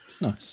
Nice